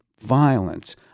violence